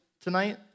tonight